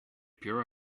pure